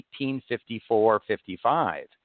1854-55